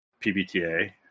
PBTA